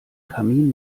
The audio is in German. kamin